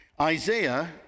Isaiah